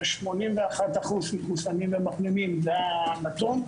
יש 81% מחוסנים ומחלימים זה הנתון,